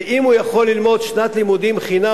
ואם הוא יכול ללמוד שנת לימודים חינם